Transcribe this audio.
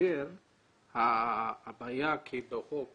גם החוק